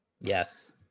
yes